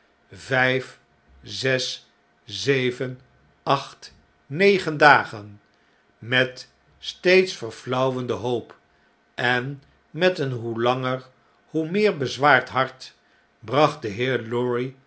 vijf zes zeven acht negen dagen met steeds verfiauwende hoop en met een hoe langer hoe meer bezwaard hart bracht de heer lorry